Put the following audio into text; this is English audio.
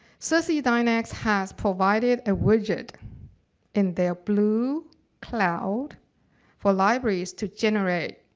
sirsi dynex has provided a widget in their bluecloud bluecloud for libraries to generate